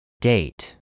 Date